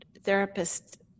therapist